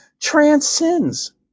transcends